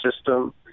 system